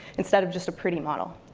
instead of just a pretty model.